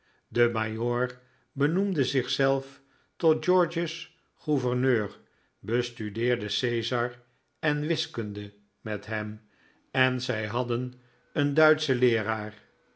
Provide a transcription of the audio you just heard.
de majoor benoemde zichzelf tot george's gouverneur bestudeerde caesar en wiskunde met hem en zij hadden een duitschen leeraar